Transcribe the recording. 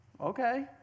Okay